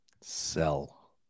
Sell